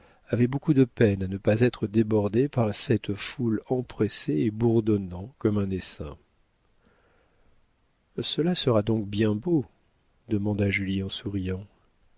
avait beaucoup de peine à ne pas être débordé par cette foule empressée et bourdonnant comme un essaim cela sera donc bien beau demanda julie en souriant